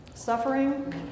suffering